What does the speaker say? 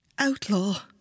Outlaw